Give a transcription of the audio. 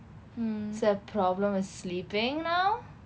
it's a problem is sleeping now